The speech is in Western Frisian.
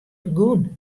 begûn